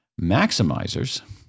Maximizers